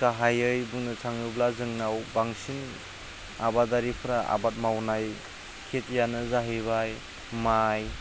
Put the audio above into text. गाहायै बुंनो थाङोब्ला जोंनाव बांसिन आबादारिफ्रा आबाद मावनाय खेथिआनो जाहैबाय माइ